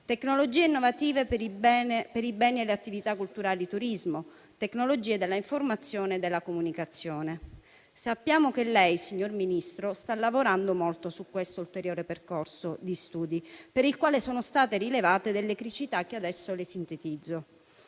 tecnologie innovative per i beni e le attività culturali e turismo, tecnologie dell'informazione e della comunicazione. Sappiamo che lei, signor Ministro, sta lavorando molto su questo ulteriore percorso di studi, per il quale sono state rilevate criticità che adesso le sintetizzo.